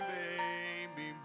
baby